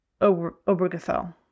Obergefell